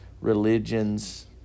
religions